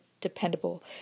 dependable